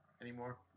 anymore